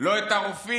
לא את הרופאים,